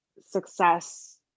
success